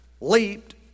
leaped